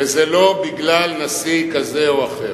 וזה לא בגלל נשיא כזה או אחר.